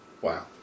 Wow